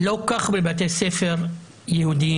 לא כך בבתי ספר יהודיים.